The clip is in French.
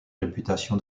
réputation